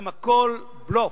הן הכול בלוף.